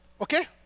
okay